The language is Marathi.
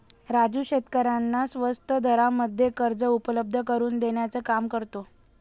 राजू शेतकऱ्यांना स्वस्त दरामध्ये कर्ज उपलब्ध करून देण्याचं काम करतो